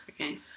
Okay